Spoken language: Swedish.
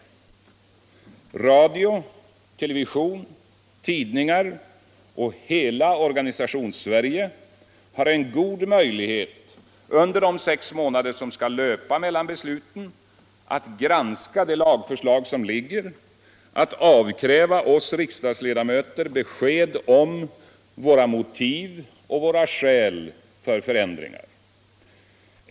Radio, television, tidningar och hela Organisationssverige har en god möjlighet att under de sex månader som skall löpa mellan besluten granska det lagförslag som ligger och avkräva oss riksdagsledamöter besked om våra motiv och våra skäl för förändringar.